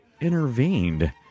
intervened